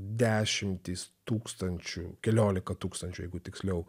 dešimtys tūkstančių keliolika tūkstančių jeigu tiksliau